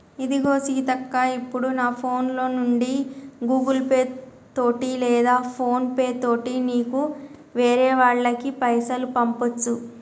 ఇదిగో సీతక్క ఇప్పుడు నా ఫోన్ లో నుండి గూగుల్ పే తోటి లేదా ఫోన్ పే తోటి నీకు వేరే వాళ్ళకి పైసలు పంపొచ్చు